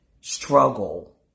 struggle